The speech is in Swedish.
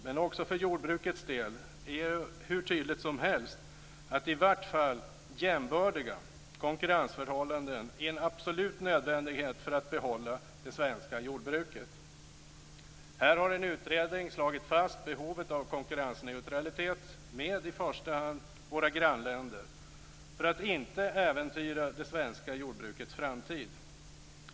Men också för jordbrukets del är det hur tydligt som helst att i vart fall jämbördiga konkurrensförhållanden är en absolut nödvändighet för att behålla det svenska jordbruket. Här har en utredning slagit fast behovet av konkurrensneutralitet med i första hand våra grannländer för att inte äventyra det svenska jordbrukets framtid.